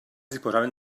disposaven